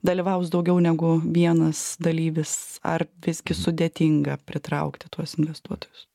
dalyvaus daugiau negu vienas dalyvis ar visgi sudėtinga pritraukti tuos investuotojus